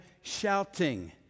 shouting